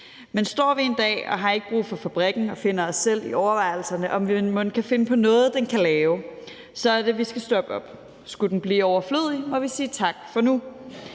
Men står vi en dag og har ikke brug for fabrikken og overvejer, om vi mon kan finde på noget, den kan lave, så er det, vi skal stoppe op. Skulle den blive overflødig, må vi sige tak for nu.